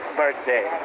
birthday